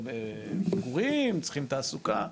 צריכים מגורים, צריכים תעסוקה,